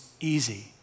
easy